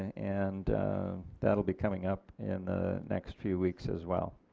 and that will be coming up in the next few weeks as well.